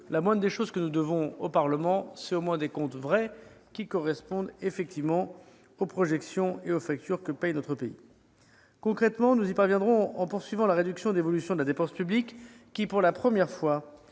La moindre des choses que nous devons au Parlement, c'est la vérité des comptes afin qu'ils correspondent effectivement aux projections et aux factures que paye notre pays ! Nous parviendrons à de tels résultats, en poursuivant la réduction de l'évolution de la dépense publique. Pour la première fois,